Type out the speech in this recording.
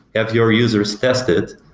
have your users test it,